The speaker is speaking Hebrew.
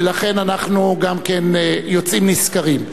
ולכן אנחנו גם יוצאים נשכרים.